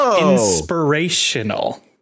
inspirational